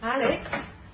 Alex